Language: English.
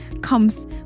comes